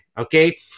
okay